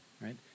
right